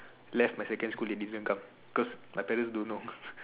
left my second school they didn't come cause my parents don't know